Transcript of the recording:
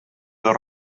dos